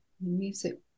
Music